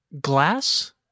glass